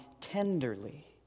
tenderly